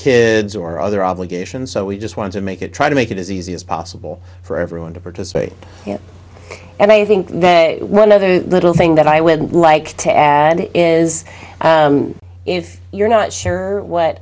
kids or other obligations so we just want to make it try to make it as easy as possible for everyone to participate and i think one other little thing that i would like to add is if you're not sure what